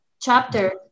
chapter